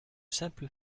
simple